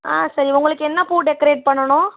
ஆ சரி உங்களுக்கு என்ன பூ டெக்கரேட் பண்ணணும்